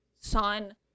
son